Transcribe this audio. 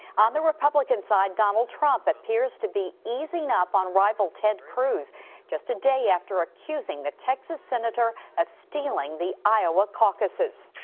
on the republican side donald trump appears to be easing up on rival ted cruz just a day after accusing the texas senator of stealing the iowa caucuses.